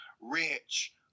Rich